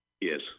yes